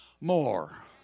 More